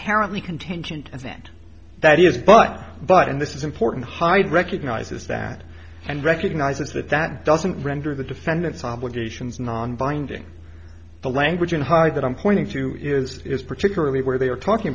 only contingent as it that is but but and this is important hyde recognizes that and recognizes that that doesn't render the defendant's obligations non binding the language and high that i'm pointing to is particularly where they are talking